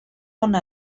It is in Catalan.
una